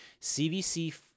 CVC